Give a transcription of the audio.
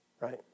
Right